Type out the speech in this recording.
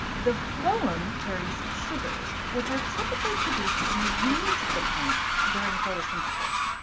the phloem carries sugars which are typically produced in the leaves of the plants during photosynthesis.